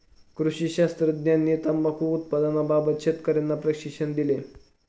कृषी शास्त्रज्ञांनी तंबाखू उत्पादनाबाबत शेतकर्यांना प्रशिक्षण दिले